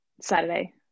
Saturday